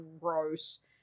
gross